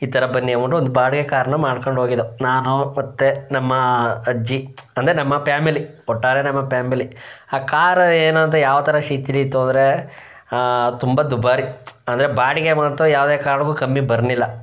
ಈ ಥರ ಬನ್ನಿ ಅನ್ಬಿಟ್ಟು ಒಂದು ಬಾಡಿಗೆ ಕಾರ್ನ ಮಾಡ್ಕಂಡು ಹೋಗಿದೋ ನಾನು ಮತ್ತು ನಮ್ಮ ಅಜ್ಜಿ ಅಂದರೆ ನಮ್ಮ ಪ್ಯಾಮಿಲಿ ಒಟ್ಟಾರೆ ನಮ್ಮ ಪ್ಯಾಮಿಲಿ ಆ ಕಾರ್ ಏನಂತ ಯಾವ ಥರ ಸ್ಥಿತಿಲಿತ್ತು ಅಂದರೆ ತುಂಬ ದುಬಾರಿ ಅಂದರೆ ಬಾಡಿಗೆ ಅವ ಅಂತೂ ಯಾವ್ದೇ ಕಾರ್ಣಕ್ಕೂ ಕಮ್ಮಿ ಬರ್ಲಿಲ್ಲ